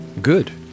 Good